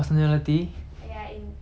in girls ah